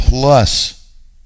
Plus